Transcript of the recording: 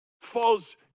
falls